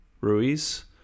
Ruiz